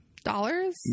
Dollars